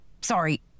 Sorry